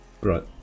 Right